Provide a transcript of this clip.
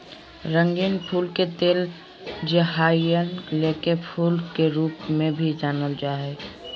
रंगीन फूल के तेल, जे हवाईयन लेई फूल के रूप में भी जानल जा हइ